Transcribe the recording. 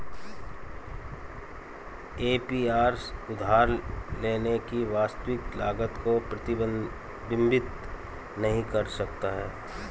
APR उधार लेने की वास्तविक लागत को प्रतिबिंबित नहीं कर सकता है